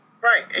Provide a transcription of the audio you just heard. Right